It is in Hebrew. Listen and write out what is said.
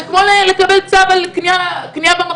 זה כמו לקבל צו על קנייה במכולת,